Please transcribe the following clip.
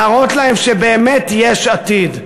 להראות להם שבאמת יש עתיד.